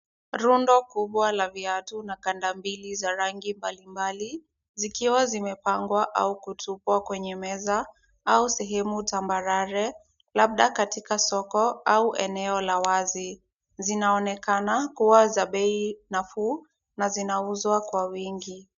Rundo kubwa la viatu na kandambili za rangi mbali mbali, zikiwa zimepangwa au kutupwa kwenye meza au sehemu tambarare, labda katika soko au eneo la wazi. Zinaonekana kuwa za bei nafuu na zinauzwa kwa wingi.